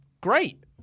great